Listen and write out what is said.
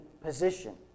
position